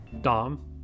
Dom